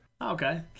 Okay